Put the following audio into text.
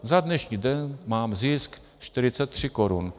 Za dnešní den mám zisk 43 korun.